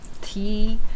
tea